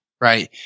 right